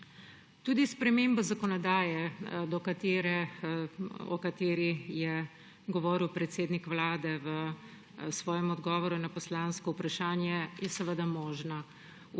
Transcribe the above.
Tudi sprememba zakonodaje, o kateri je govoril predsednik Vlade v svojem odgovoru na poslansko vprašanje, je seveda možna.